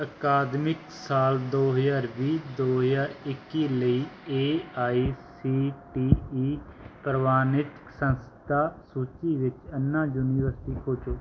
ਅਕਾਦਮਿਕ ਸਾਲ ਦੋ ਹਜ਼ਾਰ ਵੀਹ ਦੋ ਹਜ਼ਾਰ ਇੱਕ ਲਈ A I C T E ਪ੍ਰਵਾਨਿਤ ਸੰਸਥਾ ਸੂਚੀ ਵਿੱਚ ਅੰਨਾ ਯੂਨੀਵਰਸਿਟੀ ਖੋਜੋ